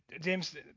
James